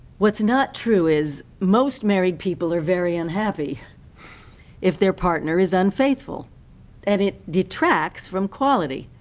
what's not true is, most married people are very unhappy if their partner is unfaithful and it detracts from quality.